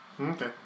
Okay